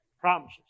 promises